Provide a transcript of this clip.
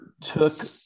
took